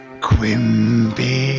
Quimby